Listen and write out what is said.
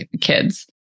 kids